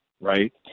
right